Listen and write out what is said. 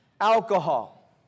Alcohol